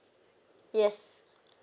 yes